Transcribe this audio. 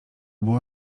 było